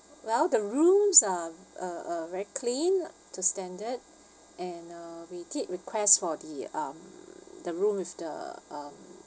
well the rooms are uh uh very clean to standard and uh we did request for the um the room with the um